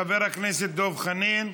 חבר הכנסת דב חנין,